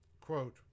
quote